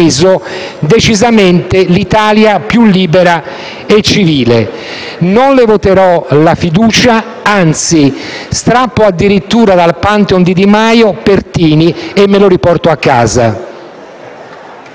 decisamente l'Italia più libera e civile. Non le voterò la fiducia, anzi, strappo addirittura dal *pantheon* di Di Maio Pertini e me lo riporto a casa.